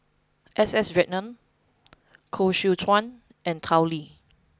S S Ratnam Koh Seow Chuan and Tao Li